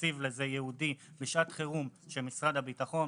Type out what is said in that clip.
תקציב ייעודי לזה בשעת חירום של משרד הביטחון,